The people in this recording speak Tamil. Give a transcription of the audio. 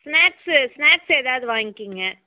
ஸ்நாக்ஸ் ஸ்நாக்ஸ் ஏதாவது வாங்கிக்கொங்க